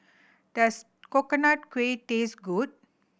does Coconut Kuih taste good